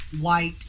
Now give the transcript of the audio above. white